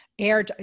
Air